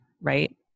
right